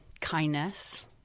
kindness